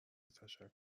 تشکر